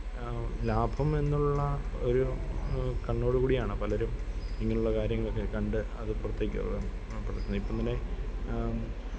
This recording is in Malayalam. ലാഭം എന്നുള്ള ഒരു കണ്ണോടുകൂടിയാണ് പലരും ഇങ്ങനുള്ള കാര്യങ്ങളൊക്കെ കണ്ട് അത് പുറത്തേയ്ക്ക് ഇപ്പം തന്നെ